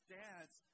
dads